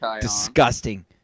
Disgusting